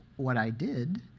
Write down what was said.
what i did,